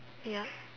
ya